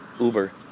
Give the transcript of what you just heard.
Uber